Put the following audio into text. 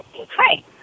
Hi